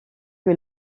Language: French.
que